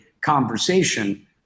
conversation